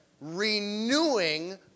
renewing